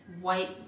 white